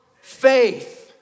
faith